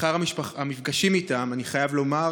לאחר המפגשים איתם אני חייב לומר